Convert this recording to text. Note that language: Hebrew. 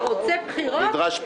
נדרש פטור.